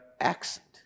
accent